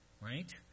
right